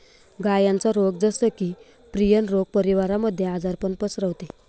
गायांचा रोग जस की, प्रियन रोग परिवारामध्ये आजारपण पसरवते